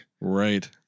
Right